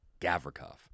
Gavrikov